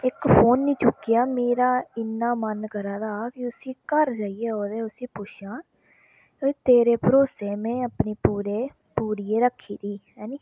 इक फोन नी चुक्केआ मेरा इन्ना मन करा दा हा कि उसी घर जाइयै ओह्दे उसी पुच्छां कि तेरे भरोसे में अपनी पूरे पूरी गै रक्खी दी हैनी